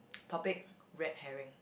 topic red herring